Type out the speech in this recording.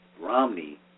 Romney